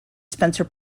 spencer